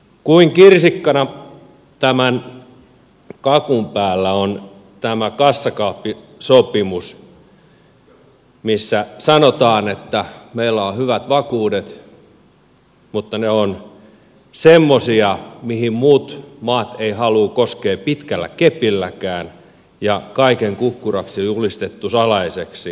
kuin kirsikkana tämän kakun päällä on tämä kassakaappisopimus missä sanotaan että meillä on hyvät vakuudet mutta ne ovat semmoisia mihin muut maat eivät halua koskea pitkällä kepilläkään ja kaiken kukkuraksi julistettu salaisiksi